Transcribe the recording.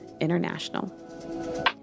International